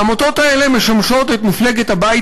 העמותות האלה משמשות את מפלגת הבית